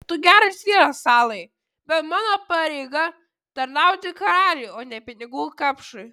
tu geras vyras salai bet mano pareiga tarnauti karaliui o ne pinigų kapšui